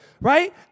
right